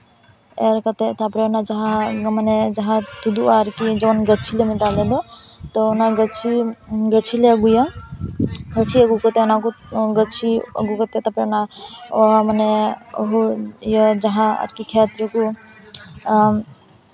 ᱮᱨ ᱠᱟᱛᱮᱫ ᱛᱟᱨᱯᱚᱨᱮ ᱚᱱᱟ ᱡᱟᱦᱟᱸ ᱢᱟᱱᱮ ᱡᱟᱦᱟᱸ ᱛᱩᱫᱩᱜᱼᱟ ᱟᱨᱠᱤ ᱡᱮᱢᱚᱱ ᱜᱟᱹᱪᱷᱤ ᱞᱮ ᱢᱮᱛᱟᱜᱼᱟ ᱟᱞᱮᱫᱚ ᱛᱚ ᱚᱱᱟ ᱜᱟᱹᱪᱷᱤ ᱜᱟᱹᱪᱷᱤ ᱞᱮ ᱟᱹᱜᱩᱭᱟ ᱜᱟᱹᱪᱷᱤ ᱟᱹᱜᱩ ᱠᱟᱛᱮᱫ ᱚᱱᱟ ᱠᱚ ᱜᱟᱹᱪᱷᱤ ᱟᱹᱜᱩ ᱠᱟᱛᱮᱫ ᱛᱟᱨᱯᱚᱨᱮ ᱚᱱᱟ ᱢᱟᱱᱮ ᱦᱩᱲᱩ ᱤᱭᱟᱹ ᱡᱟᱦᱟᱸ ᱟᱨᱠᱤ ᱠᱷᱮᱛ ᱨᱮᱠᱚ